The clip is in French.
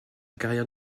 carrière